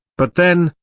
but then,